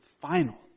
final